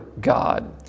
God